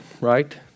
right